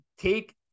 take